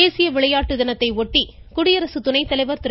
தேசிய விளையாட்டு தினத்தையொட்டி குடியரசு துணைத்தலைவர் திரு